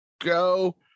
go